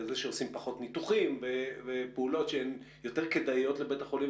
זה שעושים פחות ניתוחים ופעולות שהן יותר כדאיות לבית החולים,